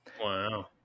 Wow